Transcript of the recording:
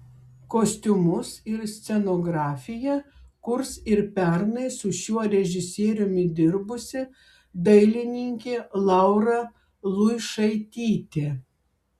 kostiumus ir scenografiją kurs ir pernai su šiuo režisieriumi dirbusi dailininkė laura luišaitytė